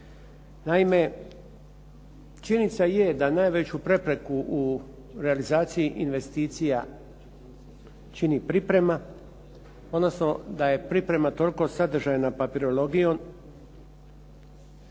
Naime, činjenica je da najveću prepreku u realizaciji investicija čini priprema odnosno da je priprema toliko sadržajna papirologijom